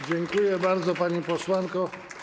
Dziękuję bardzo, pani posłanko.